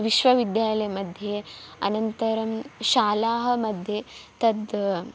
विश्वविद्यालयमध्ये अनन्तरं शालाः मध्ये तद्